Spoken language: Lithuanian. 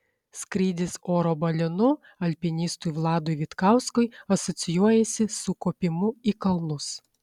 skrydis oro balionu alpinistui vladui vitkauskui asocijuojasi su kopimu į kalnus